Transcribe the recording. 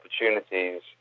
opportunities